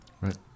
Right